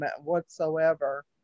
whatsoever